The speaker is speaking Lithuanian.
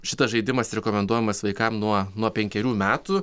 šitas žaidimas rekomenduojamas vaikam nuo nuo penkerių metų